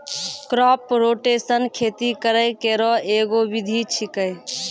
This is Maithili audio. क्रॉप रोटेशन खेती करै केरो एगो विधि छिकै